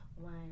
one